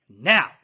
now